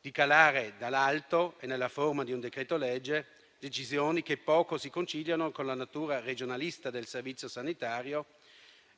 di calare dall'alto, nella forma di un decreto-legge, decisioni che poco si conciliano con la natura regionalista del Servizio sanitario